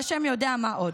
והשם יודע מה עוד.